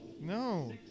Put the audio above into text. No